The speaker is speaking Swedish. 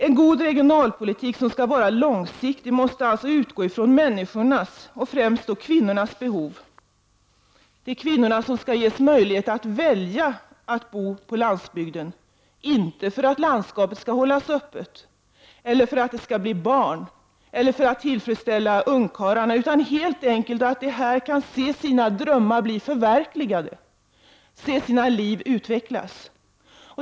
En god regionalpolitik som skall vara långsiktig måste alltså utgå från människornas, och då främst kvinnornas, behov. Det är kvinnorna som skall ges möjlighet att välja att bo på landsbygden — inte för att landskapet skall hållas öppet, eller för att det skall bli barn eller för att tillfredsställa ungkarlarna, utan helt enkelt för att de här kan se sina drömmar bli förverkligade, se sina liv utvecklas.